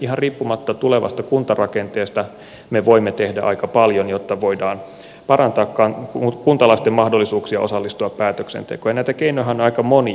ihan riippumatta tulevasta kuntarakenteesta me voimme tehdä aika paljon jotta voidaan parantaa kuntalaisten mahdollisuuksia osallistua päätöksentekoon ja näitä keinojahan on aika monia